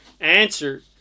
answer